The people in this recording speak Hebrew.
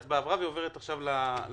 ההצבעה עברה והיא עוברת עכשיו למליאה.